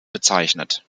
bezeichnet